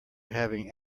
having